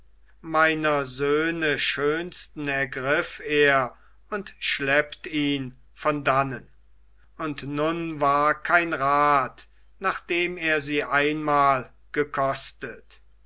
meiner söhne schönsten ergriff er und schleppt ihn von dannen und nun war kein rat nachdem er sie einmal gekostet